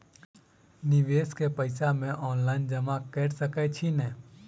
निवेश केँ पैसा मे ऑनलाइन जमा कैर सकै छी नै?